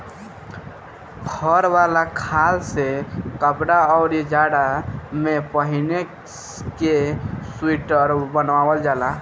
फर वाला खाल से कपड़ा, अउरी जाड़ा में पहिने के सुईटर बनावल जाला